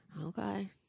Okay